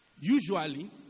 Usually